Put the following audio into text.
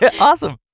awesome